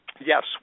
Yes